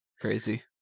Crazy